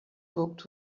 books